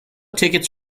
tickets